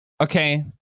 okay